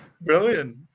Brilliant